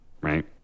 right